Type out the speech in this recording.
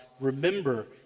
Remember